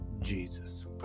Jesus